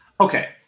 Okay